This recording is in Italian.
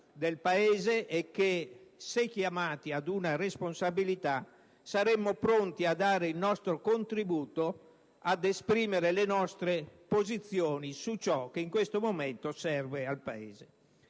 nel Paese e dunque, ove chiamati ad una responsabilità, saremo pronti a dare il nostro contributo e ad esprimere le nostre posizioni su ciò che in questo momento serve al Paese.